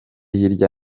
hirya